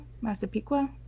Massapequa